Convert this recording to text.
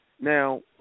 Now